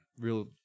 real